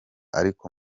ariko